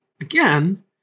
again